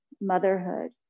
motherhood